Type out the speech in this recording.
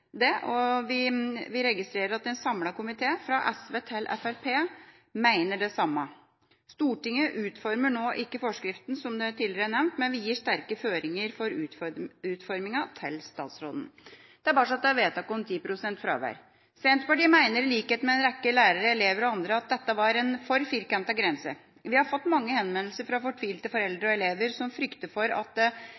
og evaluere det. Vi registrerer at en samlet komité, fra SV til Fremskrittspartiet, mener det samme. Stortinget utformer nå ikke forskriften, som tidligere nevnt, men vi gir sterke føringer for utformingen til statsråden. Tilbake til vedtaket om 10 pst. fravær: Senterpartiet mener, i likhet med en rekke lærere, elever og andre, at dette var en for firkantet grense. Vi har fått mange henvendelser fra fortvilte foreldre